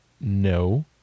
No